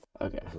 Okay